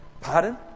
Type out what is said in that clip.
Pardon